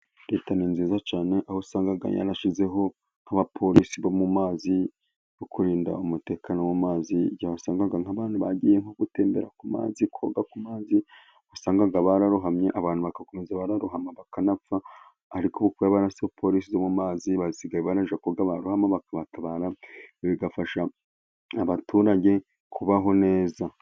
Leta ni nziza cyane aho usanga yarashyizeho nk'abaporisi bo mu mazi, bo kurinda umutekano wo mu mazi. Igihe wasangaga nk'abantu bagiye nko gutembera ku mazi, koga ku mazi, wasangaga bararohamye abantu bagakomeza barohama bakanapfa, ariko ubu kuba barashyize polisi mu mazi basigaye banajya koga, barohama bakabatabara bigafasha abaturage kubaho neza.